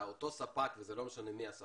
שאותו ספק, ולא משנה מי זה הספק,